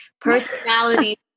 personality